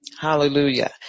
Hallelujah